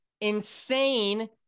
Insane